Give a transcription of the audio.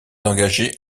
engagés